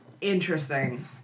interesting